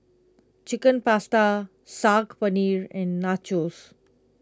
Chicken Pasta Saag Paneer and Nachos